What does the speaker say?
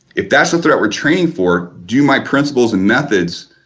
if that's the threat we're training for, due my principles and methods,